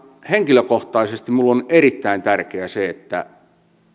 henkilökohtaisesti minulle on erittäin tärkeää että